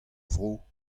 vro